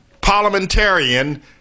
parliamentarian